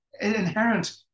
inherent